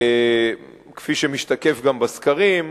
כפי שמשתקף גם בסקרים,